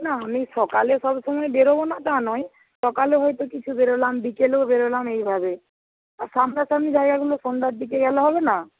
না আমি সকালে সবসময় বেরোব না তা নয় সকালে হয়তো কিছু বেরোলাম বিকেলেও বেরোলাম এইভাবে সামনাসামনির জায়গাগুলো সন্ধ্যার দিকে গেলে হবে না